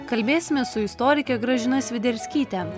kalbėsime su istorike gražina sviderskyte